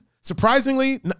Surprisingly